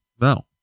No